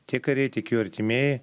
tie kariai tiek jų artimieji